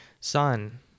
Son